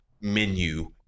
menu